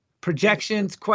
projections